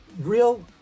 Real